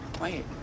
Wait